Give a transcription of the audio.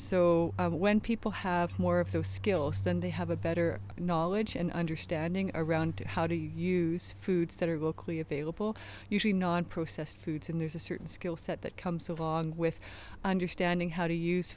so when people have more of those skills then they have a better knowledge and understanding around to how to use foods that are vocally available usually non processed foods and there's a certain skill set that comes along with understanding how to use